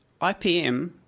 IPM